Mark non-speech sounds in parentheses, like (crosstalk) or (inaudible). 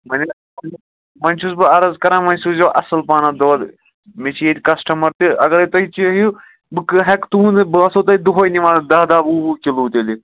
(unintelligible) وۄنۍ چھُس بہٕ عرض کران وۄنۍ سوٗزیو اَصٕل پہنَتھ دۄد مےٚ چھِ ییٚتہِ کسٹٕمَر تہِ اگرَے تُہۍ چٲہِو بہٕ ہٮ۪کہِ تُہُنٛد بہٕ آسو تۄہہِ دۄہَے نِوان داہ داہ وُہ وُہ کِلوٗ تیٚلہِ